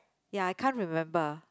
ya I can't remember